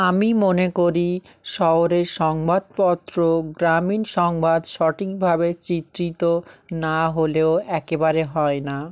আমি মনে করি শহরের সংবাদপত্র গ্রামীণ সংবাদ সঠিকভাবে চিত্রিত নাহলেও একেবারে হয় না